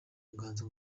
nganzo